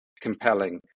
compelling